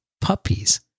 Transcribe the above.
puppies